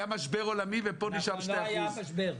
היה משבר עולמי ופה נשאר 2%. נכון --- לא היה משבר.